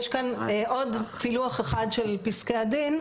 יש כאן עוד פילוח אחד של פסקי הדין,